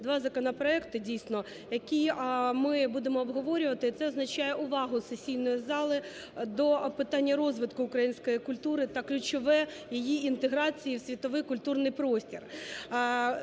два законопроекти, дійсно, які ми будемо обговорювати. Це означає увагу сесійної зали до питань розвитку української культури та ключове її інтеграції в світовій культурний простір.